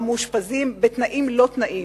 המאושפזים בתנאים-לא-תנאים.